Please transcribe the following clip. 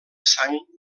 sang